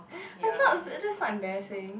that's not that's not embarrassing